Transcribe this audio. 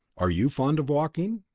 are you fond of walking?